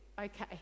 okay